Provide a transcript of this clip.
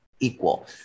Equal